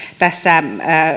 tässä